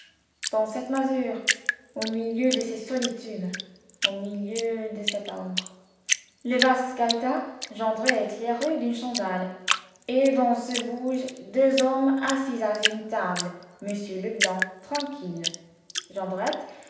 dans cette masure au milieu de ces solitudes au milieu de cette ombre le vaste galetas jondrette éclairé d'une chandelle et dans ce bouge deux hommes assis à une table m leblanc tranquille